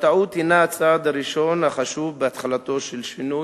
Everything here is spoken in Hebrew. בטעות הינה הצעד הראשון החשוב בהתחלתו של שינוי.